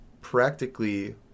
practically